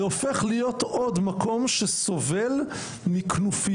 זה הופך להיות עוד מקום שסובל מכנופיות